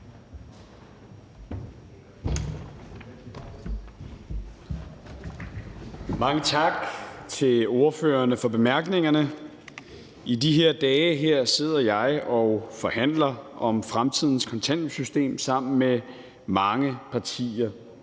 Mange tak til ordførerne for bemærkningerne. I de her dage sidder jeg og forhandler om fremtidens kontanthjælpssystem sammen med mange partier.